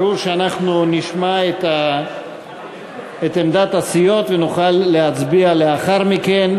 ברור שאנחנו נשמע את עמדת הסיעות ונוכל להצביע לאחר מכן,